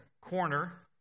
corner